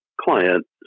client